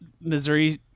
Missouri